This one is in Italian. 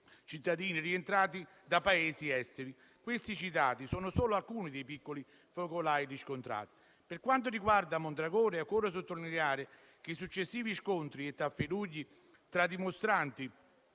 cittadini rientrati da Paesi esteri. Quelli appena citati sono solo alcuni dei piccoli focolai riscontrati. Per quanto riguarda Mondragone, occorre sottolineare che i successivi scontri e tafferugli tra dimostranti